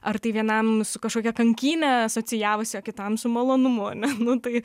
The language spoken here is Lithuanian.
ar tai vienam su kažkokia kankyne asocijavosi o kitam su malonumu ane nu tai